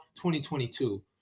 2022